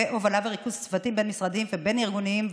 והובלה וריכוז צוותים בין-משרדיים ובין-ארגוניים,